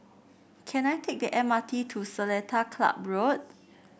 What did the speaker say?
can I take the M R T to Seletar Club Road